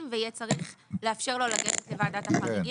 ויהיה צריך לאפשר לו לגשת לוועדת החריגים.